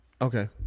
Okay